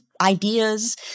ideas